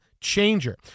Changer